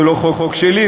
זה לא חוק שלי,